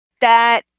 That-